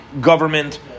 government